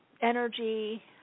energy